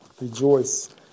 Rejoice